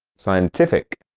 scientific